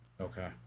okay